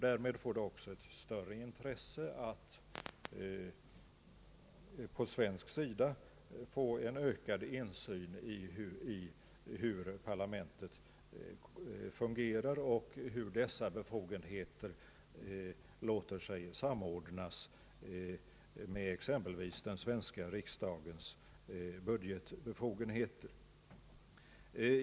Därmed blir det också ett större intresse av att från svensk sida få en ökad insyn i hur parlamentet fungerar och hur dessa befogenheter låter sig samordnas med exempelvis den svenska riksdagens budgetbefogenheter.